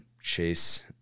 chase